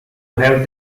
have